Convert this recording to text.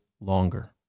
longer